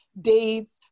dates